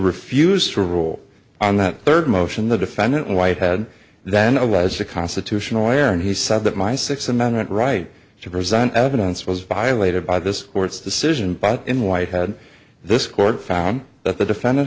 refuse to rule on that third motion the defendant white had then i was a constitutional lawyer and he said that my sixth amendment right to present evidence was violated by this court's decision but in whitehead this court found that the defendant